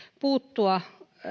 puuttua